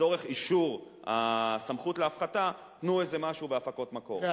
לצורך אישור הסמכות להפחתה: תנו איזה משהו בהפקות מקור.